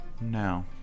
No